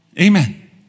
Amen